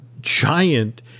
giant